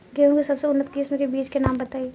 गेहूं के सबसे उन्नत किस्म के बिज के नाम बताई?